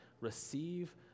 Receive